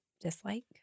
dislike